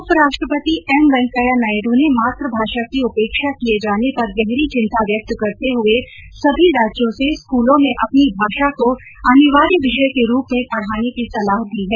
उप राष्ट्रपति एम वेंकैया नायडू ने मातुभाषा की उपेक्षा किये जाने पर गहरी चिंता व्यक्त करते हुए सभी राज्यों से स्कूलों में अपनी भाषा को अनिवार्य विषय के रूप में पढ़ाने की सलाह दी है